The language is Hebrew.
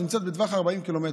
והיא נמצאת בטווח 40 ק"מ.